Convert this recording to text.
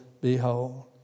behold